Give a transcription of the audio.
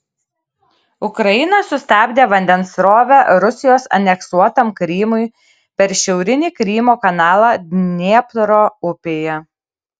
ukraina sustabdė vandens srovę rusijos aneksuotam krymui per šiaurinį krymo kanalą dniepro upėje